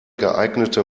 geeignete